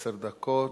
עשר דקות.